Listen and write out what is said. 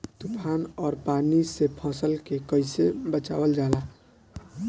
तुफान और पानी से फसल के कईसे बचावल जाला?